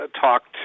talked